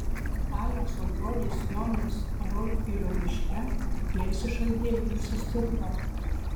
alekso brolis jonas raudgirio miške persišaldė ir susirgo